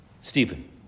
Stephen